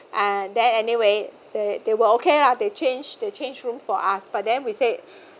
and there anyway they they were okay lah they change they change room for us but then we say